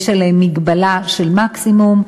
יש עליהן מגבלה של מקסימום,